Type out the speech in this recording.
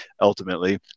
ultimately